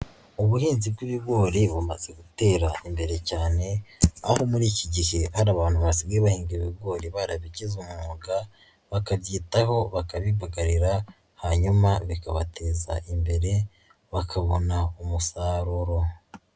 Ubuhinzi bw'ibigori bumaze gutera imbere cyane, aho muri iki gihe hari abantu basigaye bahinga ibigori barabigize umwuga, bakabyitaho, bakabibagarira, hanyuma bikabateza imbere, bakabona umusaruro.